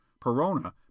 Perona